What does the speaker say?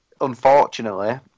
unfortunately